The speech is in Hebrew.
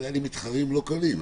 והיו לי מתחרים לא קלים,